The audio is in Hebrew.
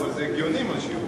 אבל זה הגיוני מה שהיא אומרת.